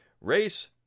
Race